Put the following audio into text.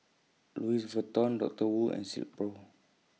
Louis Vuitton Dr Wu and Silkpro